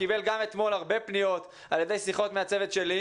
גם הרבה פניות על-ידי שיחות מהצוות שלי,